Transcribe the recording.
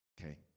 Okay